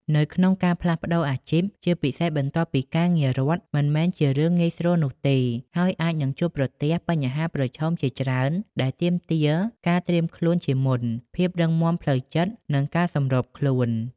នៅក្នុងការផ្លាស់ប្តូរអាជីព ជាពិសេសបន្ទាប់ពីការងាររដ្ឋ មិនមែនជារឿងងាយស្រួលនោះទេ ហើយអាចនឹងជួបប្រទះបញ្ហាប្រឈមជាច្រើនដែលទាមទារការត្រៀមខ្លួនជាមុន ភាពរឹងមាំផ្លូវចិត្ត និងការសម្របខ្លួន។